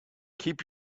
keep